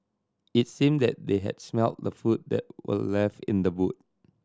it seemed that they had smelt the food that were left in the boot